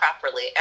properly